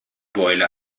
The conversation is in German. beule